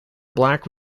black